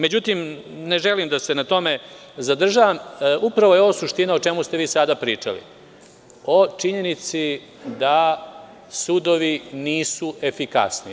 Međutim, ne želim da se na tome zadržavam, upravo je ovo suština o čemu ste vi sada pričali, o činjenici da sudovi nisu efikasni.